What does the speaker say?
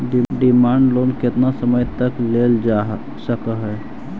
demand loan केतना समय तक लेल जा सकऽ हई